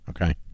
okay